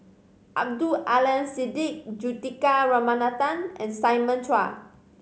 Abdul Aleem Siddique Juthika Ramanathan and Simon Chua